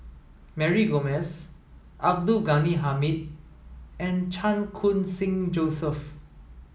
Mary Gomes Abdul Ghani Hamid and Chan Khun Sing Joseph